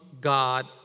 God